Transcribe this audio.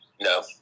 No